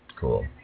Cool